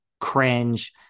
cringe